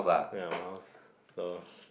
then my house so